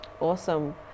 Awesome